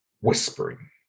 whispering